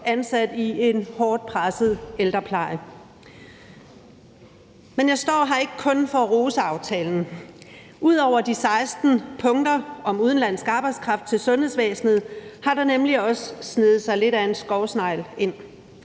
ansat i en hårdt presset ældrepleje. Men jeg står her ikke kun for at rose aftalen. Ud over de 16 punkter om udenlandsk arbejdskraft til sundhedsvæsenet har der nemlig også sneget sig lidt af en skovsnegl ind,